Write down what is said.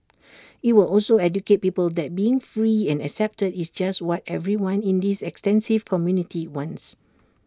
IT will also educate people that being free and accepted is just what everyone in this extensive community wants